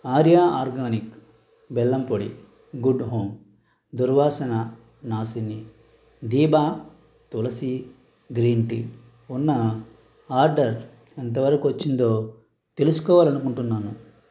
Arya organic బెల్లం పొడి good home దుర్వాసన నాశిని దీబా తులసీ గ్రీన్ టీ ఉన్న ఆర్డర్ ఎంతవరకి వచ్చిందో తెలుసుకోవాలి అనుకుంటున్నాను